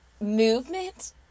movement